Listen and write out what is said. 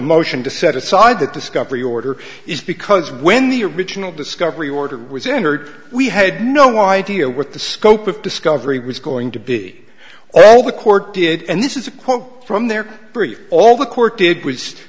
motion to set aside that discovery order is because when the original discovery order was entered we had no idea what the scope of discovery was going to be all the court did and this is a quote from their theory all the court did was